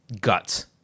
guts